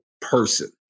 person